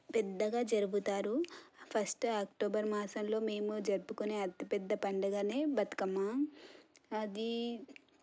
పెద్దగా జరుపుతారు first October మాసంలో మేము జరుపుకునే అతిపెద్ద పండుగనే బతుకమ్మ అది